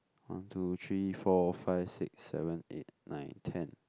one two three four five six seven eight nine ten